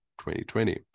2020